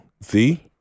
See